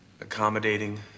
accommodating